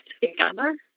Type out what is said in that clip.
together